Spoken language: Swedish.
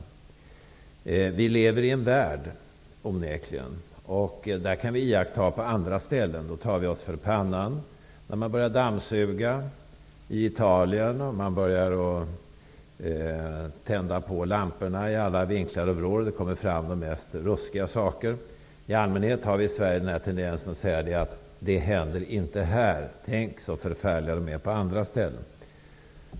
Vi lever i en värld, onekligen, och vi tar oss för pannan när vi iakttar vad som händer på andra ställen, när man börjar dammsuga i Italien, börjar tända lamporna i alla vinklar och vrår, och det kommer fram de mest ruskiga saker. I allmänhet har vi i Sverige tendensen att säga: Det händer inte här -- tänk så förfärligt det är på andra ställen!